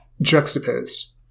juxtaposed